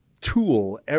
tool